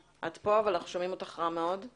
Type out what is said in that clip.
אני לא יודעת עד כמה שמעת את החלק האחרון של הדיון.